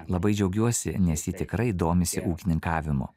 labai džiaugiuosi nes ji tikrai domisi ūkininkavimu